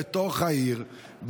בתוך העיר,